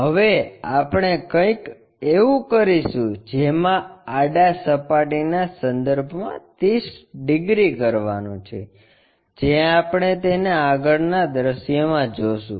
હવે આપણે કંઈક એવું કરીશું જેમાં આડા સપાટીના સંદર્ભમાં 30 ડિગ્રી કરવાનું છે જે આપણે તેને આગળના દૃશ્યમાં જોશું